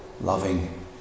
Loving